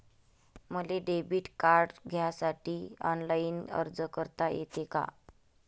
मले debit card घ्यासाठी online अर्ज करता येते का?